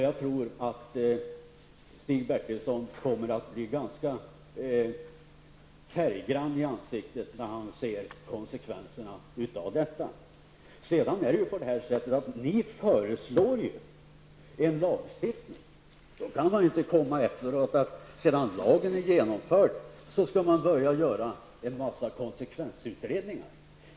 Jag tror att Stig Bertilsson kommer att bli ganska färggrann i ansiktet när han ser konsekvenserna av detta. Ni föreslår ju en lagstiftning. Då kan man inte komma efteråt, sedan lagen är genomförd, och börja göra en massa konsekvensutredningar.